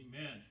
Amen